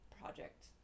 project